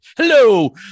hello